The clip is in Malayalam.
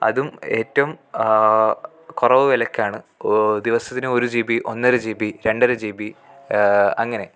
അതും ഏറ്റോം കുറവ് വിലക്കാണ് ദിവസത്തിന് ഒരു ജീ ബി ഒന്നര ജീ ബി രണ്ടര ജീ ബി അങ്ങനെ